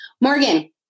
Morgan